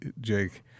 Jake